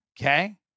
Okay